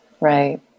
right